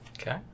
Okay